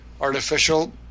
artificial